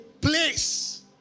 place